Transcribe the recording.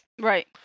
Right